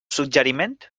suggeriment